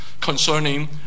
concerning